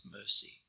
mercy